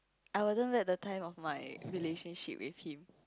I wan't the time of my relationship with him